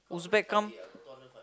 Uzbek come